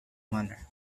manner